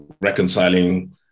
reconciling